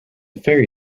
ferry